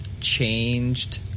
changed